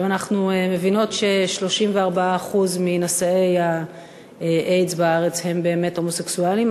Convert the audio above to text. אנחנו מבינות ש-34% מנשאי האיידס בארץ הם באמת הומוסקסואלים,